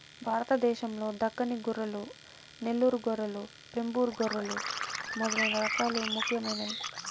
భారతదేశం లో దక్కని గొర్రెలు, నెల్లూరు గొర్రెలు, వెంబూరు గొర్రెలు మొదలైన రకాలు ముఖ్యమైనవి